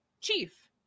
chief